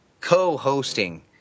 Co-hosting